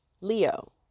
Leo